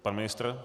Pan ministr?